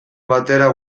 batera